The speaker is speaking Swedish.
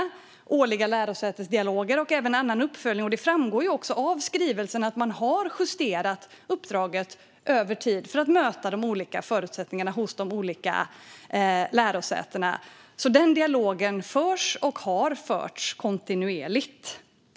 Det sker årliga lärosätesdialoger och annan uppföljning, och det framgår också av skrivelsen att man har justerat uppdraget över tid för att möta de olika förutsättningarna hos de olika lärosätena. Den dialogen förs och har förts kontinuerligt.